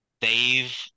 Dave